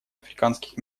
африканских